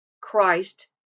Christ